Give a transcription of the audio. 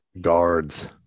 guards